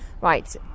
right